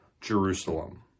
Jerusalem